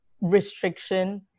restriction